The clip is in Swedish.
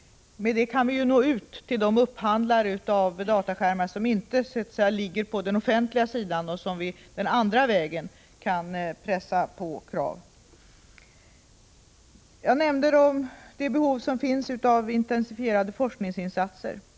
Med ett sådant beslut kan vi nå ut till de upphandlare av dataskärmar som befinner sig utanför den offentliga sektorn och som vi måste söka andra vägar för att nå. Jag nämnde det behov av intensifierade forskningsinsatser som finns.